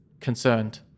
concerned